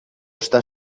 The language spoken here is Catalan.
està